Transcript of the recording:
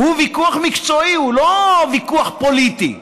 הוא ויכוח מקצועי, הוא לא ויכוח פוליטי.